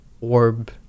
orb